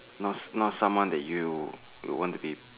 know knows someone that you you want to be